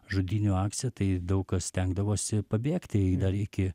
žudynių akcija tai daug kas stengdavosi pabėgti dar iki